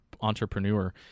entrepreneur